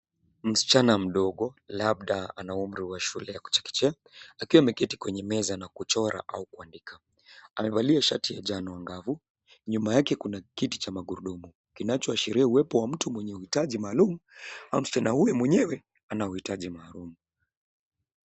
Msichana mdogo labda ana umri wa shule ya chekechea akiwa ameketi kwenye meza na kuchora au kuandika. Amevalia shati ya njano angavu. Nyuma yake kuna kiti cha magurudumu kinachoashiria uwepo wa mtu mwenye maitaji maalum au msichana huyu mwenyewe ana uitaji maalum.